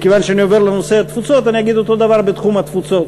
מכיוון שאני עובר לנושא התפוצות אני אגיד אותו הדבר בתחום התפוצות.